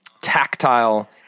tactile